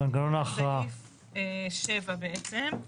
סעיף 7 בעצם.